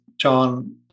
John